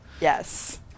Yes